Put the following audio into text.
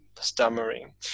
stammering